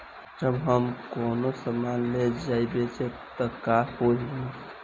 जब हम कौनो सामान ले जाई बेचे त का होही?